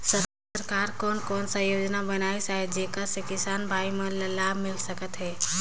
सरकार कोन कोन सा योजना बनिस आहाय जेकर से किसान भाई मन ला लाभ मिल सकथ हे?